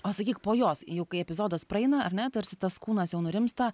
o sakyk po jos jau kai epizodas praeina ar ne tarsi tas kūnas jau nurimsta